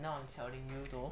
now I'm telling you though